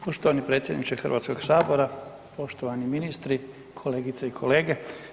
Poštovani predsjedniče Hrvatskog sabora, poštovani ministri, kolegice i kolege.